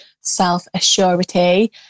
self-assurity